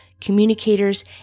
communicators